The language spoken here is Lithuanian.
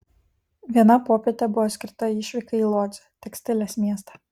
viena popietė buvo skirta išvykai į lodzę tekstilės miestą